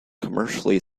commercially